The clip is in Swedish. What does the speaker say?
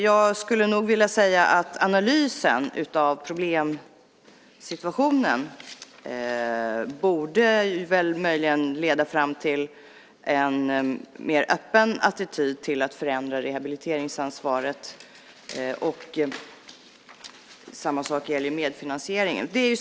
Jag skulle vilja säga att analysen av problemsituationen möjligen borde leda fram till en mer öppen attityd till att förändra rehabiliteringsansvaret. Samma sak gäller medfinansieringen.